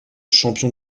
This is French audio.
champion